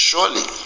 Surely